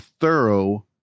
thorough